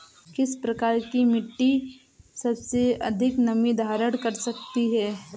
किस प्रकार की मिट्टी सबसे अधिक नमी धारण कर सकती है?